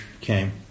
came